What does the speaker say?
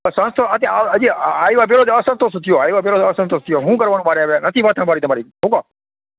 સંતોષ આટલી આવ્યા ભેળો જ અસંતોષ થયો આવ્યા ભેળો જ અસંતોષ થયો હું કરવાનું મારે હવે નથી વાત સાંભળવી તમારી મૂકો